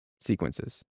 sequences